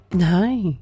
Hi